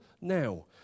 now